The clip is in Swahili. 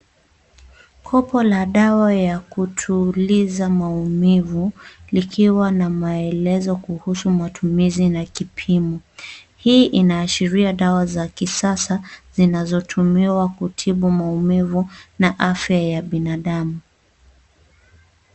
Kopo la dawa ya kutuliza maumivu likiwa na maelezo kuhusu matumizi na kipimo. Hii inaashiria dawa za kisasa zinazotumiwa kutibu maumivu na afya ya binadamu.